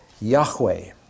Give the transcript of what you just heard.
Yahweh